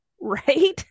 right